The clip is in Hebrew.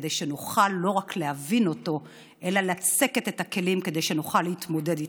כדי שנוכל לא רק להבין אותן אלא לצקת את הכלים כדי שנוכל להתמודד איתן.